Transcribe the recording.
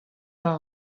war